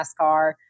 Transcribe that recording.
NASCAR